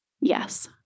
Yes